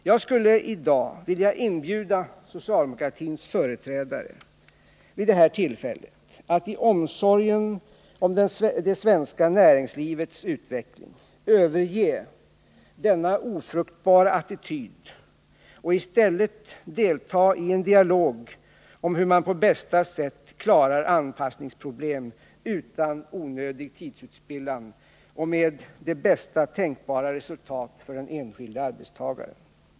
Jag skulle i dag vilja inbjuda socialdemokratins företrädare vid det här tillfället att i omsorgen om det svenska näringslivets utveckling överge denna ofruktbara attityd och i stället delta i en dialog om hur man på bästa sätt klarar anpassningsproblem utan onödig tidsspillan och med bästa tänkbara resultat för den enskilde arbetstagaren.